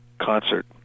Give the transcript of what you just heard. concert